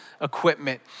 equipment